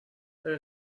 there